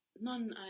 Non